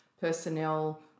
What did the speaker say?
personnel